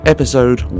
Episode